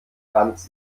franz